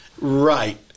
Right